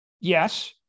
Yes